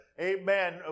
Amen